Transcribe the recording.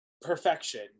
perfection